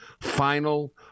final